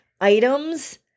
items